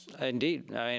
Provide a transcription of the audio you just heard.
Indeed